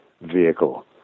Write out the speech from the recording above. vehicle